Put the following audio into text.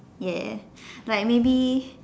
ya like maybe